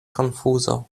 konfuzo